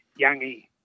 youngie